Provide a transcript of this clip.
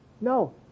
No